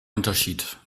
unterschied